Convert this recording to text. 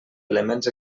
elements